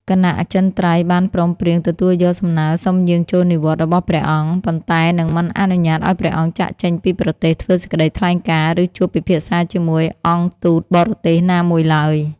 គណៈអចិន្ត្រៃយ៍បានព្រមព្រៀងទទួលយកសំណើសុំយាងចូលនិវត្តន៍របស់ព្រះអង្គ ប៉ុន្តែនឹងមិនអនុញ្ញាតឱ្យព្រះអង្គចាកចេញពីប្រទេស ធ្វើសេចក្តីថ្លែងការណ៍ ឬជួបពិភាក្សាជាមួយអង្គទូតបរទេសណាមួយឡើយ ។